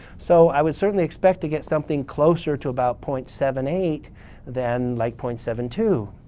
so i would certainly expect to get something closer to about point seven eight than like point seven two,